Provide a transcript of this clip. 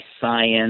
science